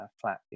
flat